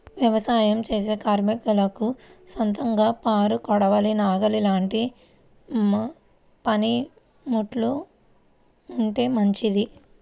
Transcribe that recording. యవసాయం చేసే కార్మికులకు సొంతంగా పార, కొడవలి, నాగలి లాంటి పనిముట్లు ఉంటే మంచిది